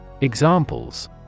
Examples